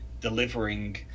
delivering